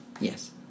Yes